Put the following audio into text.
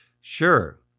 Sure